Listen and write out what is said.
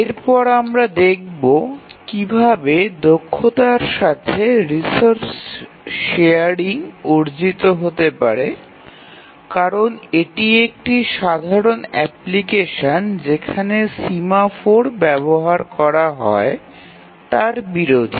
এরপর আমরা দেখবো কিভাবে দক্ষতার সাথে রিসোর্স শেয়ারিং অর্জন করা যেতে পারে কারন এটি একটি সাধারণ অ্যাপ্লিকেশন যেখানে সিমাফোর ব্যবহার করা হয় তার বিরোধী